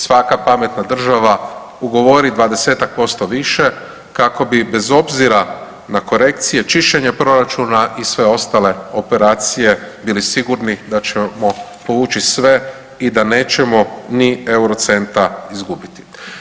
Svaka pametna država ugovori 20-tak posto više kako bi bez obzira na korekcije, čišćenje proračuna i sve ostale operacije bili sigurni da ćemo povući sve i da nećemo ni euro centa izgubiti.